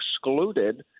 excluded